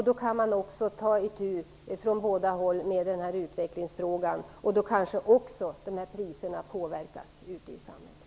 Då kan man också från båda håll ta itu med utvecklingen, och då kanske också priserna påverkas ute i samhället.